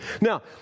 Now